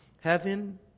Heaven